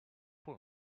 pull